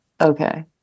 Okay